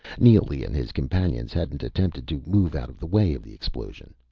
neely and his companions hadn't attempted to move out of the way of the explosion.